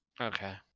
Okay